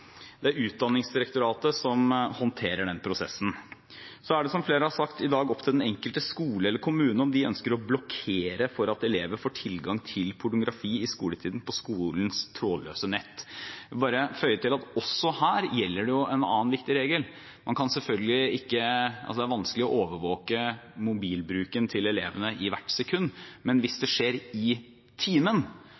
Det er Utdanningsdirektoratet som håndterer den prosessen. Så er det, som flere har sagt, i dag opp til den enkelte skole eller kommune om de ønsker å blokkere for at elever får tilgang til pornografi i skoletiden på skolens trådløse nett. Jeg vil bare føye til at også her gjelder en annen viktig regel. Det er vanskelig å overvåke mobilbruken til elevene hvert sekund, men hvis det skjer i timen, er den viktigste barrieren mot dette lærere som bruker de